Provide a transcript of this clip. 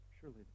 Surely